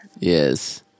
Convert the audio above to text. Yes